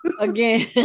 again